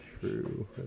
true